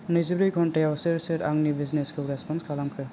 नैजिब्रै घन्टायाव सोर सोर आंनि बिजिनेसखौ रेसपन्द खालामखो